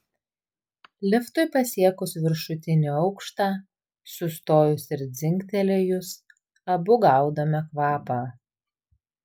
liftui pasiekus viršutinį aukštą sustojus ir dzingtelėjus abu gaudome kvapą